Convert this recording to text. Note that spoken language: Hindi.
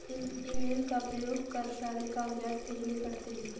ईमेल का प्रयोग कर सारे कागजात भेजने पड़ते हैं